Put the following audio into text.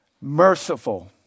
merciful